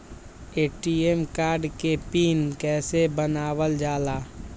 ATM card के pin कैसे बनावल जाला?